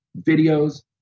videos